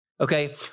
Okay